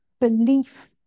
belief